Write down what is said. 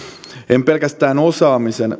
en pelkästään osaamisen